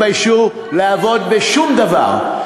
ולא התביישו לעבוד בשום דבר.